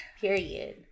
period